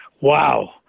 wow